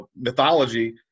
mythology